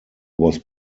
was